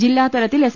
ജില്ലാതലത്തിൽ S